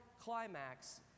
climax